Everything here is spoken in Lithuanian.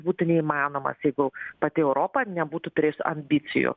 būtų neįmanomas jeigu pati europa nebūtų turėjus ambicijų